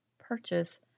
Purchase